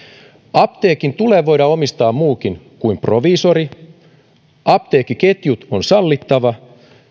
apteekin tulee voida omistaa muukin kuin proviisori apteekkiketjut on sallittava